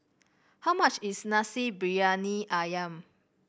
how much is Nasi Briyani ayam